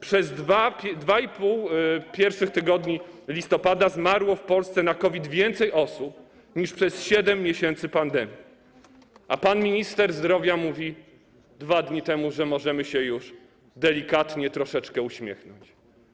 Przez pierwsze 2,5 tygodnia listopada zmarło w Polsce na COVID więcej osób niż przez 7 miesięcy pandemii, a pan minister zdrowia mówił dwa dni temu, że możemy się już delikatnie, troszeczkę uśmiechnąć.